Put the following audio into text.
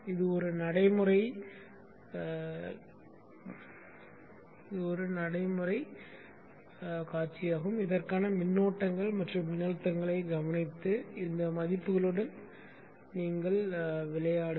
இது ஒரு நடைமுறைக் காட்சியாகும் இதற்கான மின்னோட்டங்கள் மற்றும் மின்னழுத்தங்களைக் கவனித்து இந்த மதிப்புகளுடன் விளையாடுங்கள்